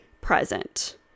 present